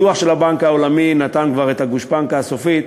הדוח של הבנק העולמי נתן כבר את הגושפנקה הסופית